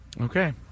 Okay